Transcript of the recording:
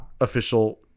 official